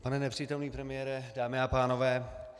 Pane nepřítomný premiére, dámy a pánové.